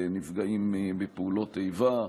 לנפגעים מפעולות איבה,